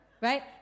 right